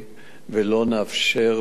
ולא נאפשר, באמת,